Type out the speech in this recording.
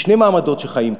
יש שני מעמדות שחיים פה: